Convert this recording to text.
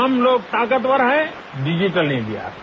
हम लोग ताकवर हैं डिजिटल इंडिया से